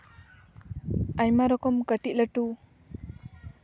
ᱟᱭᱢᱟ ᱨᱚᱠᱚᱢ ᱠᱟᱹᱴᱤᱡ ᱞᱟᱹᱴᱩ